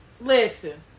Listen